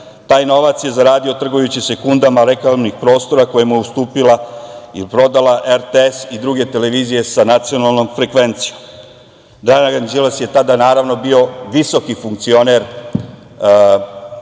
Taj novac je zaradio trgujući sekundama reklamnih prostora koje mu je ustupila ili prodala RTS ili druge televizije sa nacionalnom frekvencijom. Dragan Đilas je tada, naravno, bio visoki funkcioner u